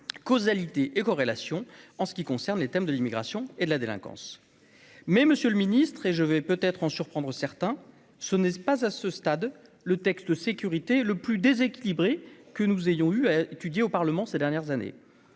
causalité et corrélation en ce qui concerne les thèmes de l'immigration et de la délinquance, mais Monsieur le Ministre et je vais peut-être en surprendre certains, ce n'est-ce pas à ce stade, le texte de sécurité le plus déséquilibré que nous ayons eu à étudier au Parlement ces dernières années,